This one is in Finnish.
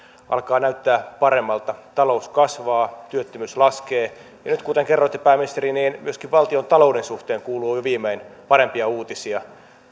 alkaa näyttää paremmalta talous kasvaa työttömyys laskee ja nyt kuten kerroitte pääministeri myöskin valtiontalouden suhteen kuuluu viimein parempia uutisia